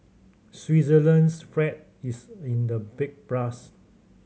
Switzerland's fright is in the big plus